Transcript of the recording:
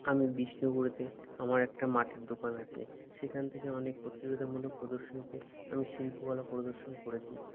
আমি বিষ্ণুপুরেতে আমার একটা মাটির দোকান আছে সেখান থেকে অনেক প্রতিযোগিতামূলক প্রদর্শনীতে আমি শিল্পকলা প্রদর্শন করেছি